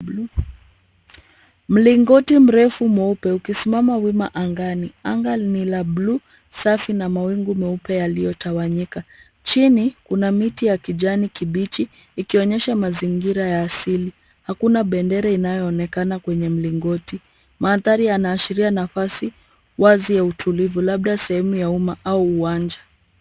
Mlingoti mrefu mweupe ukisimama wima angani. Anga ni la blue safi na mawingu meupe yaliyotawanyika. Chini kuna miti ya kijani kibichi ikionyesha mazingira ya asili. Hakuna bendera inayoonekana kwenye mlingoti. Mandhari yanaashiria nafasi wazi ya utulivu labda sehemu ya umma au uwanja.